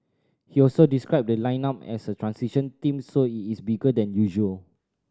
he also described the lineup as a transition team so it is bigger than usual